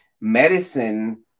medicine